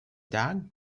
dug